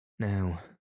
Now